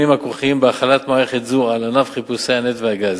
הכרוכים בהחלת מערכת זו על ענף חיפושי הנפט והגז.